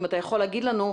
אם אתה יכול להגיד לנו,